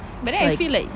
so I